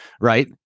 right